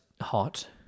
hot